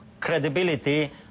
credibility